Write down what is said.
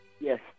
Yes